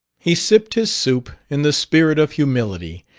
he sipped his soup in the spirit of humility,